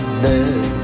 bed